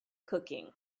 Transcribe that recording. cooking